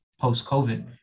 post-COVID